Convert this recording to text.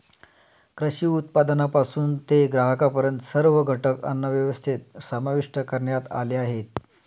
कृषी उत्पादनापासून ते ग्राहकांपर्यंत सर्व घटक अन्नव्यवस्थेत समाविष्ट करण्यात आले आहेत